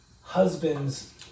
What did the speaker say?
husbands